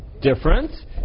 different